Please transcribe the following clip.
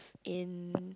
in